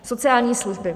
Sociální služby.